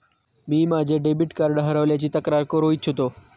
मी माझे debit card हरवल्याची तक्रार करू इच्छितो